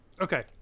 Okay